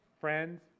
Friends